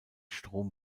strom